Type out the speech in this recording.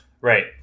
Right